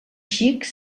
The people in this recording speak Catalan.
xics